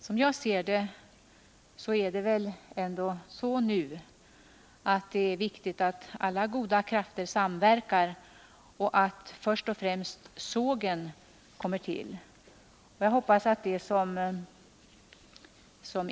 Som jag ser det är det nu viktigt att alla goda krafter samverkar och att först och främst sågen kommer till.